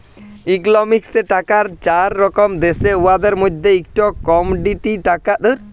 ইকলমিক্সে টাকার চার রকম দ্যাশে, উয়াদের মইধ্যে ইকট কমডিটি টাকা যার মালে সলার গয়লা ইত্যাদি